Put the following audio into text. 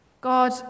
God